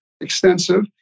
extensive